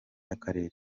y’akarere